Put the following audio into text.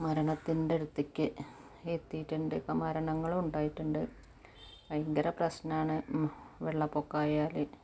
മരണത്തിൻ്റെ അടുത്തേക്ക് എത്തിയിട്ടുണ്ട് മരണങ്ങളും ഉണ്ടായിട്ടുണ്ട് ഭയങ്കര പ്രശ്നമാണ് വെള്ളപ്പൊക്കമായാൽ